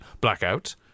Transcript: Blackout